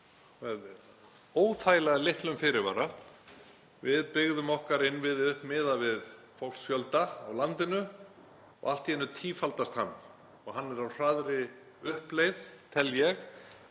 með óþægilega litlum fyrirvara. Við byggðum okkar innviði upp miðað við fólksfjölda í landinu og allt í einu tífaldast hann og hann er á hraðri uppleið, tel ég.